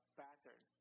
pattern